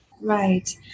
Right